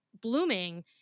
blooming